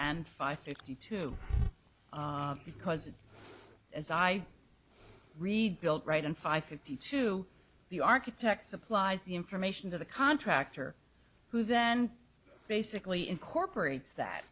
and five two because as i rebuild right and five fifty two the architect supplies the information to the contractor who then basically incorporates that